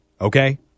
Okay